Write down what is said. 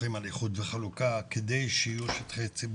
הולכים על איחוד וחלוקה כדי שיהיו שטחי ציבור,